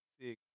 six